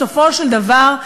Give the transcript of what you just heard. בסופו של דבר,